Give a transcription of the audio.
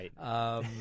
Right